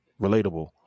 relatable